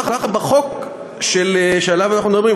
ככה בחוק שעליו אנחנו מדברים,